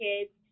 kids